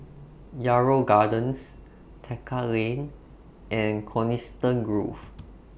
Yarrow Gardens Tekka Lane and Coniston Grove